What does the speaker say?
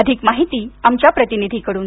अधिक माहिती आमच्या प्रतिनिधी कडून